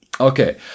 okay